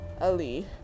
Ali